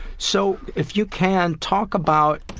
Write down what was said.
so, if you can, talk about.